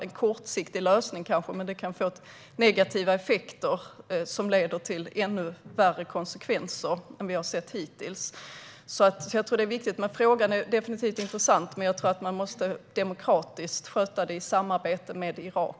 En kortsiktig lösning skulle kunna få negativa effekter som får ännu värre konsekvenser än de vi har sett hittills. Frågan är definitivt intressant, men jag tror att man måste sköta det demokratiskt i samarbete med Irak.